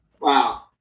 Wow